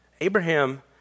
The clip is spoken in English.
Abraham